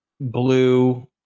blue